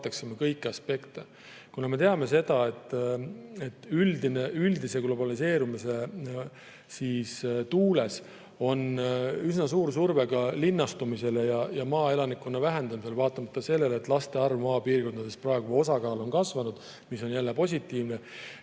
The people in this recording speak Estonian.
Me teame, et üldise globaliseerumise tuules on üsna suur surve ka linnastumisele ja maaelanikkonna vähenemisele, vaatamata sellele, et laste arv maapiirkondades, nende osakaal on kasvanud, mis on jälle positiivne.